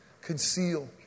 conceal